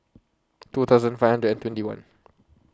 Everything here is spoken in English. two thousand five hundred and twenty one